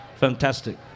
Fantastic